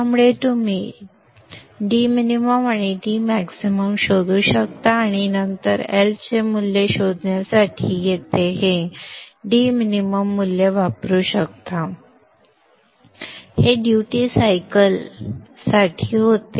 त्यामुळे तुम्ही dmin आणि dmax शोधू शकता आणि नंतर L चे मूल्य शोधण्यासाठी येथे हे dmin मूल्य वापरू शकता क्षमस्व हे किमान ड्युटी सायकल साठी होते